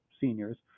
seniors